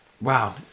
Wow